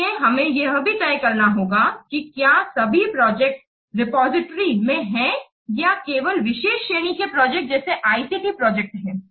इसलिए हमें यह भी तय करना होगा कि क्या सभी प्रोजेक्ट रिपॉजिटरी में हैं या केवल विशेष श्रेणी के प्रोजेक्ट जैसे ICT प्रोजेक्ट हैं